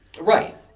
Right